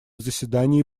заседании